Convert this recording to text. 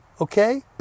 okay